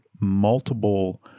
multiple